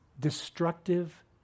destructive